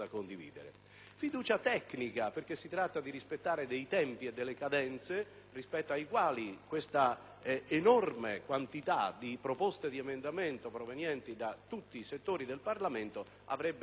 fiducia tecnica, perché si tratta di rispettare dei tempi e delle cadenze rispetto ai quali questa enorme quantità di proposte di emendamento, provenienti da tutti i settori del Parlamento, avrebbe indubbiamente fatto